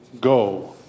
Go